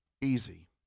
easy